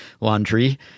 laundry